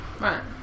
Right